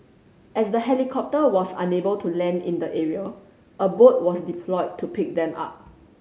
as the helicopter was unable to land in the area a boat was deployed to pick them up